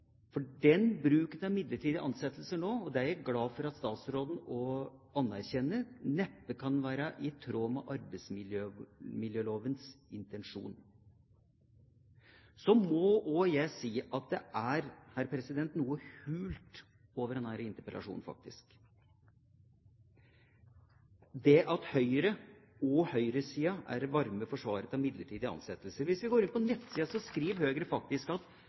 for, for den bruken av midlertidige ansettelser som man har nå – det er jeg glad for at statsråden også anerkjenner – kan neppe være i tråd med arbeidsmiljølovens intensjon. Så må jeg også si at det faktisk er noe hult over denne interpellasjonen. Høyre og høyresiden er varme forsvarere av midlertidige ansettelser. Hvis vi går inn på nettsiden til Høyre, skriver de faktisk: